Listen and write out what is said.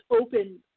open